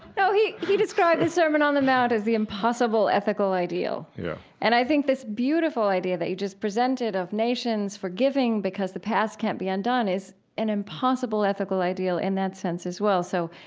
no, he he described the sermon on the mount as the impossible ethical ideal yeah and i think this beautiful idea that you just presented of nations forgiving because the past can't be undone is an impossible ethical ideal in that sense as well. so